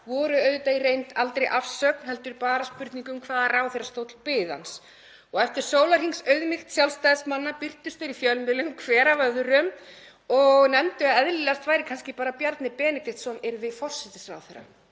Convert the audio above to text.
voru auðvitað í reynd aldrei afsögn heldur bara spurning um hvaða ráðherrastóll biði hans. Og eftir sólarhringsauðmýkt Sjálfstæðismanna birtust þeir í fjölmiðlum hver af öðrum og nefndu að eðlilegast væri kannski bara að Bjarni Benediktsson yrði forsætisráðherra.